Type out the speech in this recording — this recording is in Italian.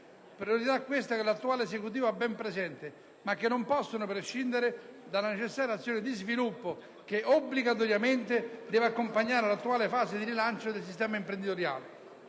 Priorità, queste, che l'attuale Esecutivo ha ben presenti, ma che non possono prescindere dalla necessaria azione di sviluppo che obbligatoriamente deve accompagnare l'attuale fase di rilancio del sistema imprenditoriale.